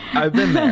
i've been there.